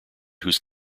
whose